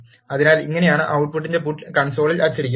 അതിനാൽ ഇങ്ങനെയാണ് output ട്ട് പുട്ട് കൺസോളിൽ അച്ചടിക്കും